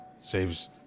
saves